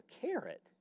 carrot